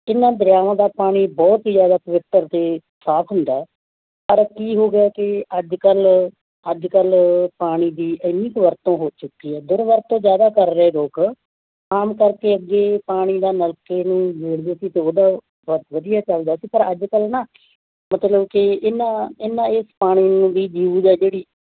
ਇਹਨਾਂ ਦਰਿਆਵਾਂ ਦਾ ਪਾਣੀ ਬਹੁਤ ਹੀ ਜ਼ਿਆਦਾ ਪਵਿੱਤਰ ਅਤੇ ਸਾਫ ਹੁੰਦਾ ਹੈ ਪਰ ਕੀ ਹੋ ਗਿਆ ਕਿ ਅੱਜ ਕੱਲ੍ਹ ਅੱਜ ਕੱਲ੍ਹ ਪਾਣੀ ਦੀ ਇੰਨੀ ਕੁ ਵਰਤੋਂ ਹੋ ਚੁੱਕੀ ਹੈ ਦੁਰਵਰਤੋਂ ਜ਼ਿਆਦਾ ਕਰ ਰਹੇ ਲੋਕ ਆਮ ਕਰਕੇ ਅੱਗੇ ਪਾਣੀ ਦਾ ਨਲਕੇ ਨੂੰ ਜੋੜਦੇ ਸੀ ਅਤੇ ਉਹਦਾ ਬਹੁਤ ਵਧੀਆ ਚੱਲਦਾ ਸੀ ਪਰ ਅੱਜ ਕੱਲ੍ਹ ਨਾ ਮਤਲਬ ਕਿ ਇਹਨਾਂ ਇਹਨਾਂ ਇਸ ਪਾਣੀ ਦੀ ਜਿਊਜ ਆ ਜਿਹੜੀ